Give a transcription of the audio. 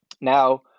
Now